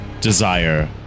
desire